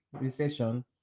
recession